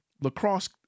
lacrosse